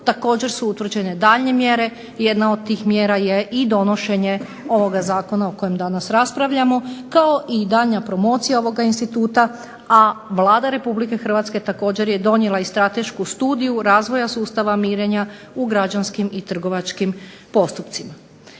također su utvrđene daljnje mjere, jedna od tih mjera je donošenje ovoga Zakona o kojem danas raspravljamo kao i daljnja promocija ovog instituta a Vlada Republike Hrvatske također je donijela stratešku studiju razvoja sustava mirenja u građanskim i trgovačkim postupcima.